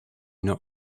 not